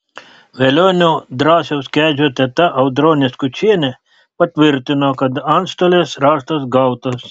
velionio drąsiaus kedžio teta audronė skučienė patvirtino kad antstolės raštas gautas